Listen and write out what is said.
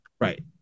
Right